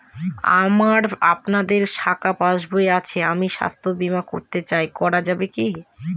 আমার আপনাদের শাখায় পাসবই আছে আমি স্বাস্থ্য বিমা করতে চাই করা যাবে কি?